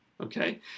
okay